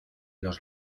los